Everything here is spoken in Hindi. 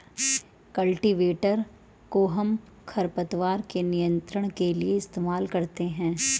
कल्टीवेटर कोहम खरपतवार के नियंत्रण के लिए इस्तेमाल करते हैं